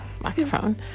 microphone